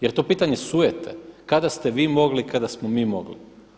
Jel' to pitanje sujete kada ste vi mogli, kada smo mi mogli?